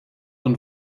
und